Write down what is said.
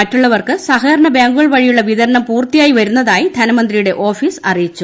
മറ്റുള്ളവർക്ക് സഹകരണ ബാങ്കുകൾ വഴിയുള്ള വിതരണം പൂർത്തിയായി വരുന്നതായി ധനമന്ത്രിയുടെ ഓഫീസ് അറിയിച്ചു